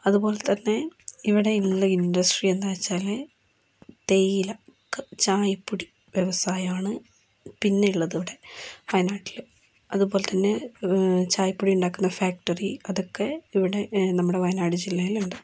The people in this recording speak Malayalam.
അതുപോലെത്തന്നെ ഇവിടെ ഉള്ള ഇന്റസ്ട്രി എന്താ വച്ചാൽ തേയില ചായപ്പൊടി വ്യവസായം ആണ് പിന്നെ ഉള്ളത് ഇവിടെ വയനാട്ടിൽ അതുപോലെത്തന്നെ ചായപ്പൊടി ഉണ്ടാക്കുന്ന ഫാക്ടറി അതൊക്കെ ഇവിടെ നമ്മുടെ വയനാട് ജില്ലയിലുണ്ട്